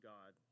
God